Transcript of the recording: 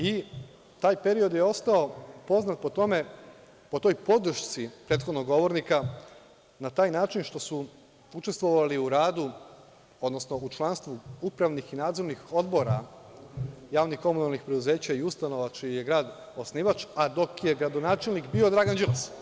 I, taj period je ostao poznat po tome, po toj podršci prethodnog govornika, na taj način što su učestvovali u radu, odnosno u članstvu upravnih i nadzornih odbora javnih komunalnih preduzeća i ustanova čiji je grad osnivač, a dok je gradonačelnik bio Dragan Đilas.